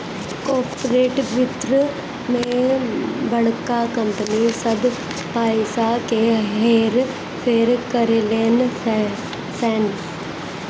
corporate वित्त मे बड़का कंपनी सब पइसा क हेर फेर करेलन सन